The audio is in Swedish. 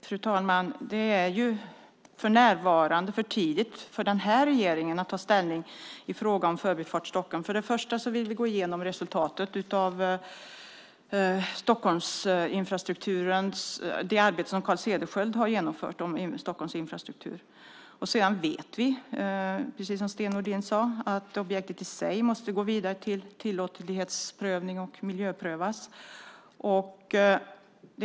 Fru talman! Det är för närvarande för tidigt för denna regering att ta ställning till frågan om Förbifart Stockholm. För det första vill vi gå igenom resultatet av det arbete som Carl Cederschiöld genomfört om Stockholms infrastruktur. För det andra måste objektet i sig gå vidare till tillåtlighetsprövning och miljöprövas.